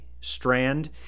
strand